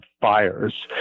fires